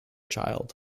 child